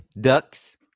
Ducks